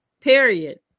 period